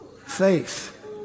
Faith